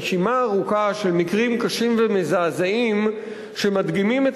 רשימה ארוכה של מקרים קשים ומזעזעים שמדגימים את